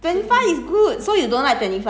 I think 一百太甜 liao